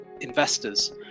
investors